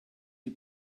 die